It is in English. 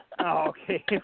Okay